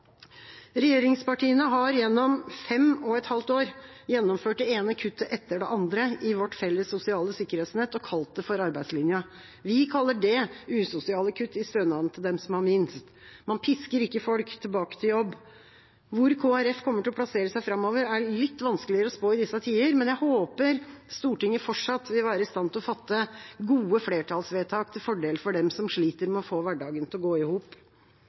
Regjeringspartiene har gjennom fem og et halvt år gjennomført det ene kuttet etter det andre i vårt felles sosiale sikkerhetsnett og kalt det for arbeidslinja. Vi kaller det usosiale kutt i stønaden til dem som har minst. Man pisker ikke folk tilbake til jobb. Hvor Kristelig Folkeparti kommer til å plassere seg framover, er litt vanskeligere å spå i disse tider, men jeg håper Stortinget fortsatt vil være i stand til å fatte gode flertallsvedtak til fordel for dem som sliter med å få hverdagen til å gå i hop.